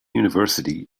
university